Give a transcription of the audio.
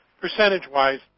percentage-wise